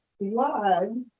blood